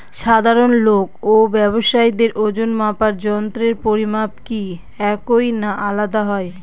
সাধারণ লোক ও ব্যাবসায়ীদের ওজনমাপার যন্ত্রের পরিমাপ কি একই না আলাদা হয়?